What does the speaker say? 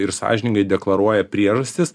ir sąžiningai deklaruoja priežastis